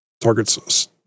targets